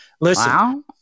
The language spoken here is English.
listen